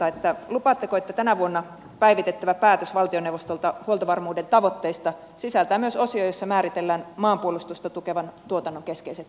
lupaatteko että tänä vuonna päivitettävä päätös valtioneuvostolta huoltovarmuuden tavoitteista sisältää myös osion jossa määritellään maanpuolustusta tukevan tuotannon keskeiset alueet